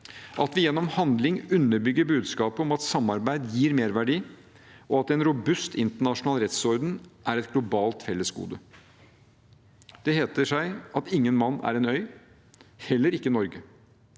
at vi gjennom handling underbygger budskapet om at samarbeid gir merverdi, og at en robust internasjonal rettsorden er et globalt fellesgode. Det heter seg at ingen mann er en øy – heller ikke Norge.